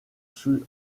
sous